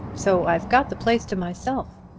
so i've got the place to myself.